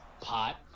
pot